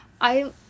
I-